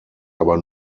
aber